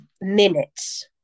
minutes